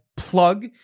Plug